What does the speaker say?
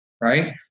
right